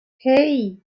hey